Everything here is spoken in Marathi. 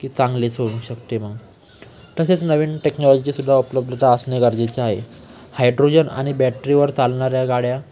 की चांगलेच होऊ शकते मग तसेच नवीन टेक्नॉलॉजी सुद्धा उपलब्धता असणे गरजेचे आहे हायड्रोजन आणि बॅटरीवर चालणाऱ्या गाड्या